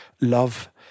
love